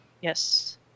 Yes